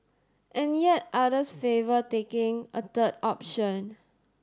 and yet others favour taking a third option